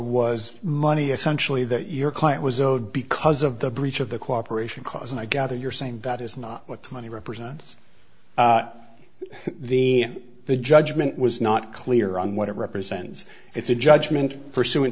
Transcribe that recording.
was money essentially that your client was owed because of the breach of the cooperation cause and i gather you're saying that is not what the money represents the the judgment was not clear on what it represents it's a judgment pursu